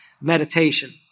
meditation